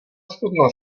studna